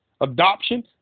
adoption